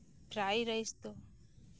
ᱯᱨᱟᱭ ᱨᱟᱥᱤᱭ ᱫᱚ